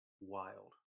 wild